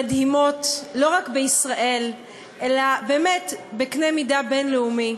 המדהימות לא רק בישראל אלא באמת בקנה מידה בין-לאומי,